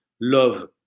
love